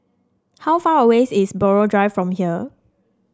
how far away is Buroh Drive from here